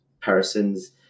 person's